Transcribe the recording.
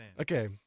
Okay